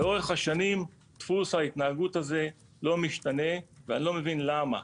לאורך השנים דפוס ההתנהגות הזה לא משתנה ואני לא מבין למה.